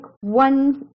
one